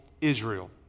Israel